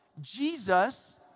Jesus